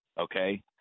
okay